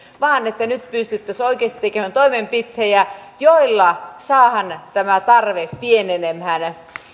vaan että nyt pystyttäisiin oikeasti tekemään toimenpiteitä joilla saadaan tämä tarve pienenemään